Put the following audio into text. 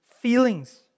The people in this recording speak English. feelings